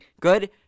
good